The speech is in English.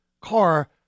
car